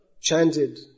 chanted